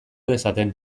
dezaten